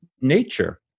nature